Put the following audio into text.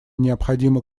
необходимо